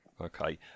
Okay